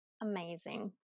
Amazing